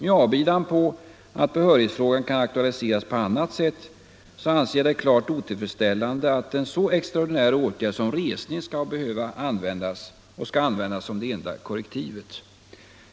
I avbidan på att behörighetsfrågan kan aktualiseras på annat sätt anser jag det klart otillfredsställande att en så extraordinär åtgärd som resning skall vara det enda korrektivet.